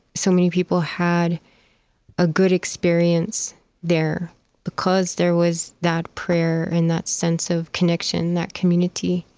so many people had a good experience there because there was that prayer and that sense of connection, that community.